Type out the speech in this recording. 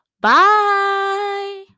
Bye